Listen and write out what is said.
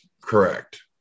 Correct